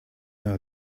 know